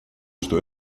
что